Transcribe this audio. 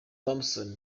thompson